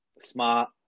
smart